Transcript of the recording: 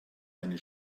einen